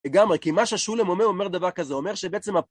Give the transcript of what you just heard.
לגמרי, כי מה ששולם אומר, הוא אומר דבר כזה, הוא אומר שבעצם ה-...